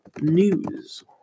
news